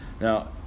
Now